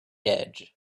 edge